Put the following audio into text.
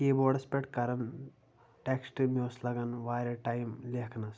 کیٖبوڈَس پٮ۪ٹھ کَران ٹٮ۪کسٹ مےٚ اوس لَگان واریاہ ٹایِم لیکھنَس